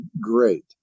great